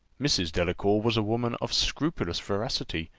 mrs. delacour was a woman of scrupulous veracity,